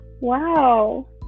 Wow